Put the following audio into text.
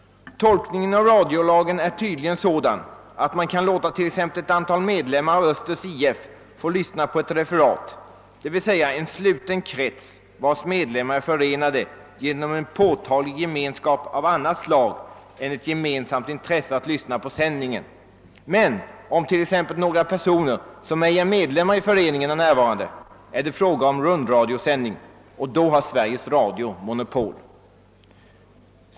Tolkningen av radiolagen är tydligen sådan att man kan låta t.ex. ett antal medlemmar av Östers IF få lyssna på ett referat — d.v.s. en sluten krets vars medlemmar är förenade genom en påtaglig gemenskap av annat slag än ett gemensamt intresse att lyssna på sändningen — medan närvaron av exempelvis några personer som ej är medlemmar i föreningen gör att det blir fråga om rundradiosändning varvid Sveriges Radio har monopol.